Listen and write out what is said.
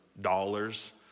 dollars